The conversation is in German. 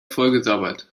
vollgesabbert